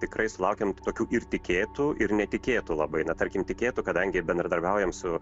tikrai sulaukėm tokių ir tikėtų ir netikėtų labai na tarkim tikėtų kadangi bendradarbiaujam su